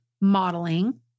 modeling